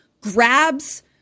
grabs